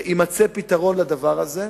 יימצא פתרון לדבר הזה.